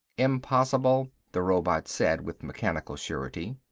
impossible, the robot said with mechanical surety.